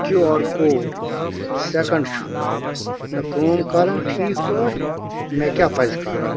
کیٛو R code second چھُنہٕ کٲم کران ٹھیٖک پٲٹھۍ مےٚ کیٛاہ پزِ کرُن